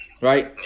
right